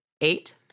eight